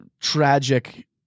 tragic